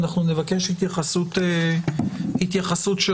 אנחנו נבקש ההתייחסות שלכם.